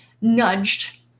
nudged